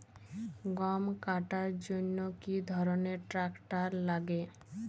গম কাটার জন্য কি ধরনের ট্রাক্টার লাগে?